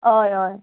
हय हय